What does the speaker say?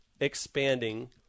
expanding